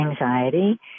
anxiety